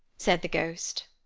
said the ghost,